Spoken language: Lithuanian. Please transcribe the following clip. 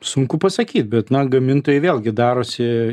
sunku pasakyt bet na gamintojai vėlgi darosi